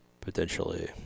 Potentially